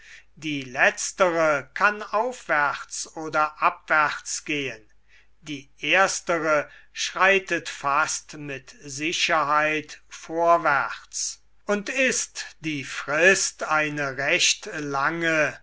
die letztere kann aufwärts oder abwärts gehen die erstere schreitet fast mit sicherheit vorwärts und ist die frist eine recht lange